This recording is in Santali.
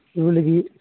ᱨᱩᱨᱩ ᱞᱟᱹᱜᱤᱫ